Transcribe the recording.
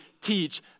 teach